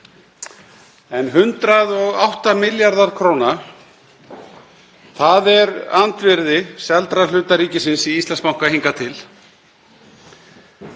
108 milljarðar kr., það er andvirði seldra hluta ríkisins í Íslandsbanka hingað til.